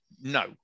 No